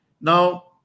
Now